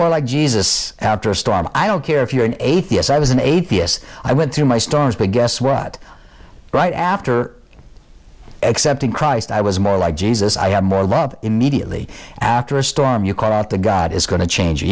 more like jesus after a storm i don't care if you're an atheist i was an atheist i went to my stars to guess what right after accepting christ i was more like jesus i am more love immediately after a storm you call out the god is going to change